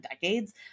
decades